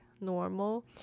normal